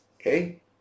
Okay